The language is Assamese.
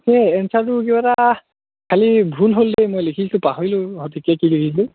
এই এঞ্চাৰটো কিবা এটা খালি ভুল হ'ল দেই মই লিখিছিলোঁ পাহৰিলোঁ ঘৰত তেতিয়া কি লিখিছিলোঁ